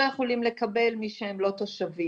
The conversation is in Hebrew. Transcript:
לא יכולים לקבל מי שהם לא תושבים,